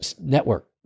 network